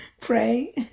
Pray